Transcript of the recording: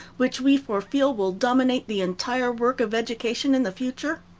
which we forefeel will dominate the entire work of education in the future?